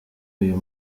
uyu